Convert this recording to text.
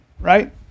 right